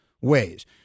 ways